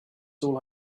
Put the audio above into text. all